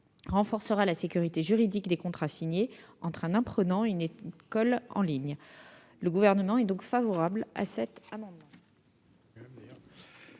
renforcera la sécurité juridique des contrats signés entre un apprenant et une école en ligne. Le Gouvernement est donc favorable à cet amendement.